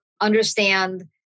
understand